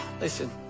listen